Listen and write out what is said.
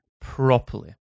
properly